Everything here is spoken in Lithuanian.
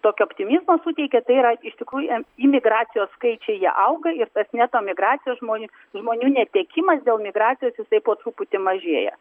tokio optimizmo suteikia tai yra iš tikrųjų em imigracijos skaičiai jie auga ir tas neto migracija žmonių žmonių netekimas dėl migracijos jisai po truputį mažėja